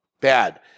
Bad